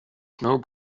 snow